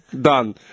done